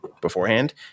beforehand